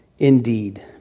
Indeed